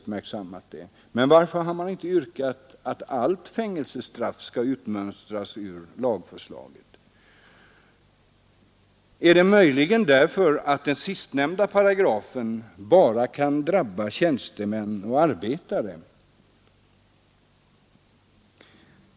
Varför har man inte yrkat att alla fängelsestraff skall utmönstras ur lagförslaget? Beror det på att den sistnämnda paragrafen bara kan drabba tjänstemän och arbetare?